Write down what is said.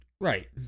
right